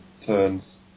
turns